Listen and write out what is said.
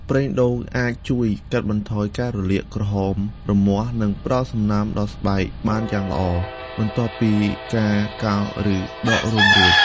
ប្រេងដូងអាចជួយ កាត់បន្ថយការរលាក ក្រហមរមាស់ និង ផ្ដល់សំណើមដល់ស្បែក បានយ៉ាងល្អ បន្ទាប់ពីការកោរ ឬដករោមរួច។